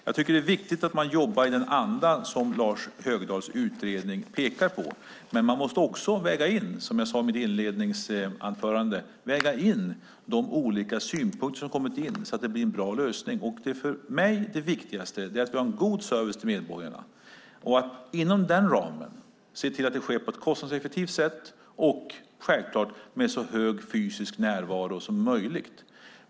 Jag tycker att det är viktigt att man jobbar i den anda som det pekas på i Lars Högdahls utredning. Men man måste också väga in, som jag sade i mitt inledningsanförande, de olika synpunkter som har kommit in så att det blir en bra lösning. Det viktigaste för mig är att vi har en god service till medborgarna och att vi inom den ramen ser till att det sker på ett kostnadseffektivt sätt och självklart med så hög fysisk närvaro som möjligt.